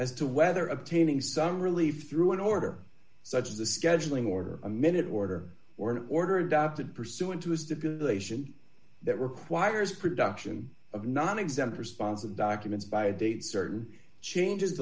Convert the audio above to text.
as to whether obtaining some relief through an order such as a scheduling order a minute order or an order adopted pursuant to a stipulation that requires production of nonexempt response and documents by a date certain changes